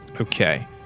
okay